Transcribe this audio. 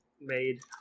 made